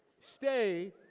Stay